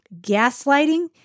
gaslighting